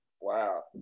Wow